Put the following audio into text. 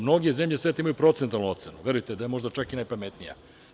Mnoge zemlje sveta imaju procentualnu ocenu, verujte da je možda čak i najpametnija.